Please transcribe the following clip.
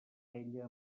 ella